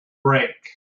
break